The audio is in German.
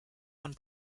von